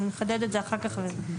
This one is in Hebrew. אנחנו נחדד את זה אחר כך.